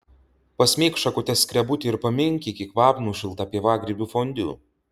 pasmeik šakute skrebutį ir paminkyk į kvapnų šiltą pievagrybių fondiu